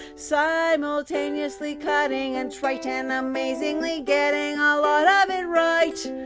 simultaneously cutting and trite, and amazingly, getting a lot of it right.